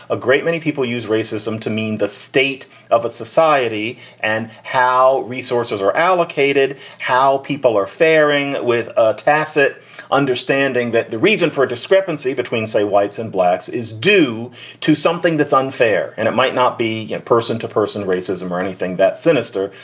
a great many people use racism to mean the state of its society and how resources are allocated, how people are faring with a tacit understanding that the reason for a discrepancy between, say, whites and blacks is due to something that's unfair. and it might not be person to person racism or anything that sinister,